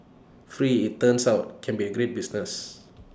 free IT turns out can be A great business